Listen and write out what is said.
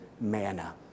manna